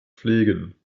pflegen